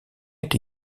est